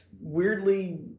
weirdly